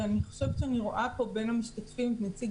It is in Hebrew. אני חושבת שאני רואה פה בין המשתתפים את נציג